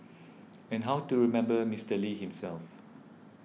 and how to remember Mister Lee himself